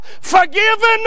forgiven